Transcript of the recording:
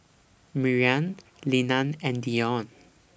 Mariann Linna and Dion